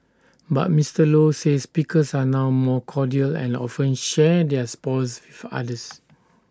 but Mister low says pickers are now more cordial and often share their spoils with others